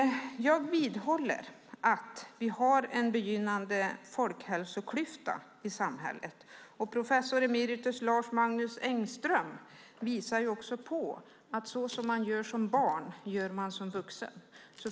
Jag vidhåller att vi har en begynnande folkhälsoklyfta i samhället. Professor emeritus Lars-Magnus Engström visar också på att så som man gör som barn gör man som vuxen.